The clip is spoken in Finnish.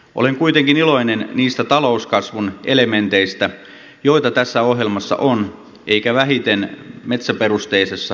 olen kuitenkin iloinen niistä talouskasvun elementeistä joita tässä ohjelmassa on eikä vähiten metsäperusteisessa biotaloudessa